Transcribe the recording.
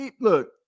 Look